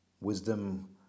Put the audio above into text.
Wisdom